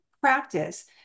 practice